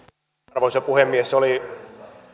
arvoisa puhemies oli